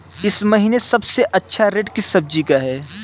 इस महीने सबसे अच्छा रेट किस सब्जी का है?